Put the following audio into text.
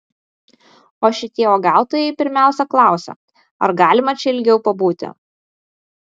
o šitie uogautojai pirmiausia klausia ar galima čia ilgiau pabūti